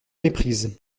méprise